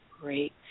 Great